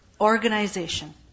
organization